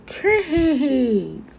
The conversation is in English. Great